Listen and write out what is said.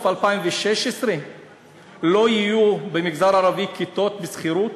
2016 לא יהיו במגזר הערבי כיתות בשכירות,